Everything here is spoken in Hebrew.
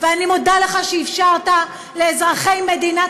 אני מודה לך על שאפשרת לאזרחי מדינת